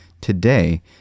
today